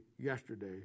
yesterday